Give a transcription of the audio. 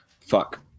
Fuck